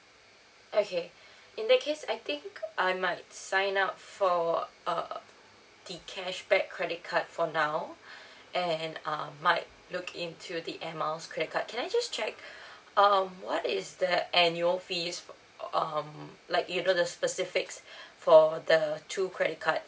okay in that case I think I might sign up for uh the cashback credit card for now and um might look into the air miles credit card can I just check um what is the annual fees um like you know the specifics for the two credit cards